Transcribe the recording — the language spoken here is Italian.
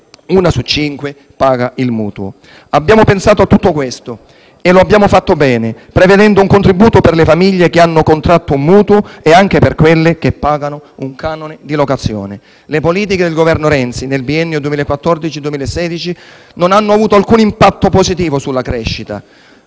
una su cinque paga un mutuo. Abbiamo pensato a tutto questo e lo abbiamo fatto bene prevedendo un contributo per le famiglie che hanno contratto un mutuo e anche per quelle che pagano un canone di locazione. Le politiche del Governo Renzi nel biennio 2014-2016 non hanno avuto alcun impatto positivo sulla crescita;